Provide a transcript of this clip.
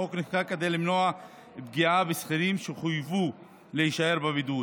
החוק נחקק כדי למנוע פגיעה בשכירים שחויבו להישאר בבידוד